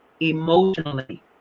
emotionally